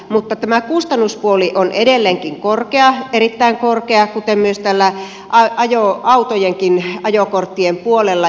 mutta tämä kustannuspuoli on edelleenkin korkea erittäin korkea kuten autojenkin ajokorttien puolella